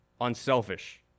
unselfish